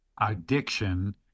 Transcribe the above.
addiction